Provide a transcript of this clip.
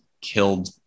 killed